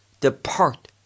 depart